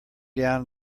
down